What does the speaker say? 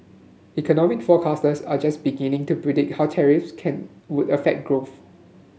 economic forecasters are just beginning to predict how tariffs can would affect growth